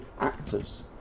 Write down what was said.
actors